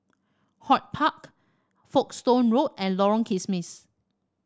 HortPark Folkestone Road and Lorong Kismis